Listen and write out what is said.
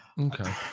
Okay